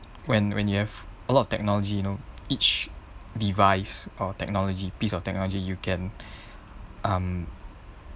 when when you have a lot of technology you know each device or technology piece of technology you can um